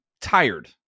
tired